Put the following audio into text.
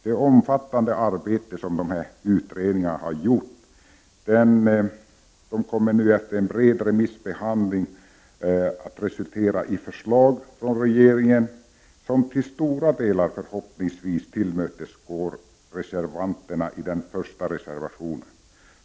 Det omfattande arbete som dessa utredningar har åstadkommit kommer nu efter en bred remissbehandling att resultera i förslag från regeringen, som till stora delar förhoppningsvis tillmötesgår reservanterna bakom den första reservationen.